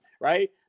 right